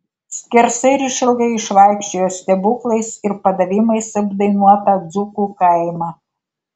skersai ir išilgai išvaikščiojo stebuklais ir padavimais apdainuotą dzūkų kaimą